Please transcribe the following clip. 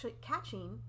catching